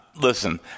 listen